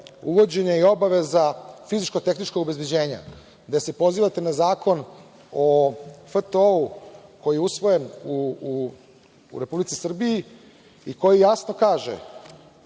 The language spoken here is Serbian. uvođenje obaveza fizičko-tehničkog obezbeđenja, gde se pozivate na Zakon o FTO-u, koji je usvojen u Republici Srbiji i koji jasno kaže